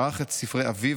וערך את ספרי אביו,